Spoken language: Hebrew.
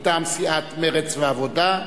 מטעם סיעות מרצ והעבודה,